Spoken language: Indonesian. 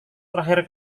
terakhir